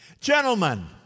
Gentlemen